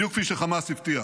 בדיוק כפי שחמאס הבטיח.